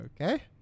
Okay